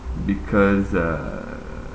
because uh